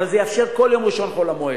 אבל זה יאפשר כל יום ראשון חול-מועד.